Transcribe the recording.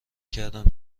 کردم